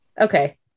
Okay